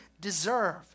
deserve